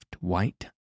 white